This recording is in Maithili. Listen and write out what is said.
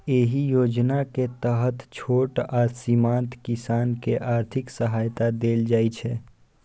एहि योजना के तहत छोट आ सीमांत किसान कें आर्थिक सहायता देल जाइ छै